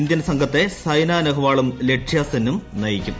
Indian സംഘത്തെ സൈനാ നെഹ്വാളും ലക്ഷ്യ സെന്നും നയിക്കും